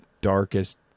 darkest